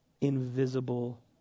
invisible